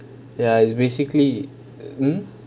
ya it's basically hmm